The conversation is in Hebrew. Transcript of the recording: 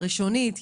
ראשונית,